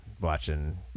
watching